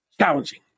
challenging